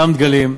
אותם דגלים.